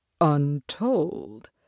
untold